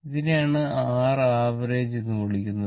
ഇതിനെയാണ് rav എന്ന് വിളിക്കുന്നത്